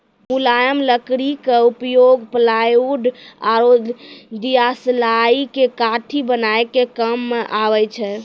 मुलायम लकड़ी के उपयोग प्लायउड आरो दियासलाई के काठी बनाय के काम मॅ आबै छै